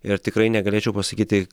ir tikrai negalėčiau pasakyti